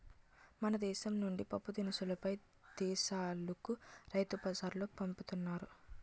మన దేశం నుండి పప్పుదినుసులు పై దేశాలుకు రైలుబల్లులో పంపుతున్నారు